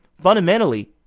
Fundamentally